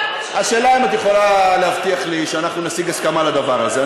השאלה היא אם את יכולה להבטיח לי שאנחנו נשיג הסכמה על הדבר הזה.